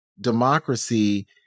democracy